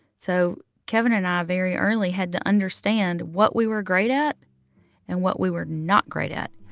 so kevin and i very early had to understand what we were great at and what we were not great at.